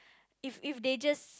if if they just